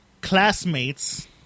classmates